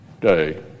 day